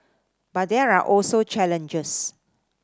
but there are also challenges